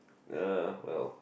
uh well